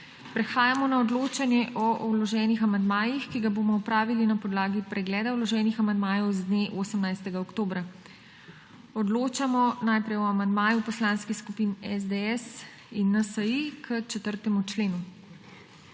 Prehajamo na odločanje o vloženih amandmajih, ki ga bomo opravili na podlagi pregleda vloženih amandmajev z dne 18. oktobra. Odločamo najprej o amandmaju poslanskih skupin SDS in NSi k 4. členu.